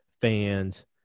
fans